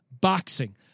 boxing